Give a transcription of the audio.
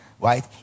Right